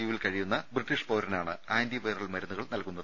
യുവിൽ കഴിയുന്ന ബ്രിട്ടീഷ് പൌരനാണ് ആന്റിവൈറൽ മരുന്നുകൾ നൽകുന്നത്